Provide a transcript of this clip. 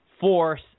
force